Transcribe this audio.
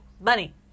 money